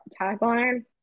tagline